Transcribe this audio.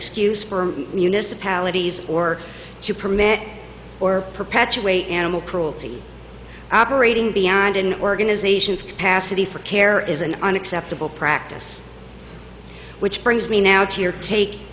excuse for municipalities or to permit or perpetuate animal cruelty operating beyond an organization's capacity for care is an unacceptable practice which brings me now to your take